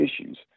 issues